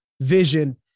vision